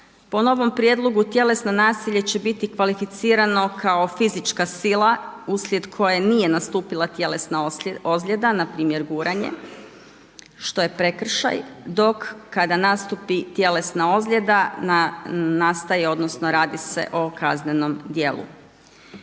Po novom prijedlogu tjelesno nasilje će biti kvalificirano kao fizička sila uslijed koje nije nastupila tjelesna ozljeda, npr. guranje što je prekršaj, dok kada nastupi tjelesna ozljeda nastaje odnosno radi se o kaznenom djelu.